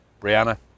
Brianna